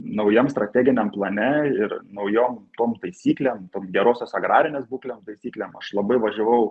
naujam strateginiam plane ir naujom tom taisyklėm tom gerosios agrarinės būklės taisyklėm aš labai važiavau